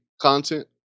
content